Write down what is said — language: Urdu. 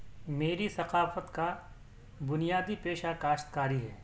میری ثقافت کا بنیادی پیشہ کاشتکاری ہے